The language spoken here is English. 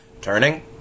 Turning